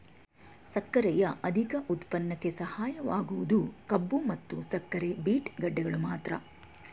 ಸಕ್ಕರೆಯ ಅಧಿಕ ಉತ್ಪನ್ನಕ್ಕೆ ಸಹಾಯಕವಾಗುವುದು ಕಬ್ಬು ಮತ್ತು ಸಕ್ಕರೆ ಬೀಟ್ ಗೆಡ್ಡೆಗಳು ಮಾತ್ರ